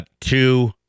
two